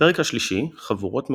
הפרק השלישי, "חבורות מקומיות",